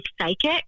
psychic